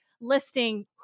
listing